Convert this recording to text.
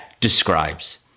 describes